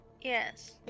Yes